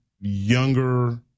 younger